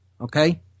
Okay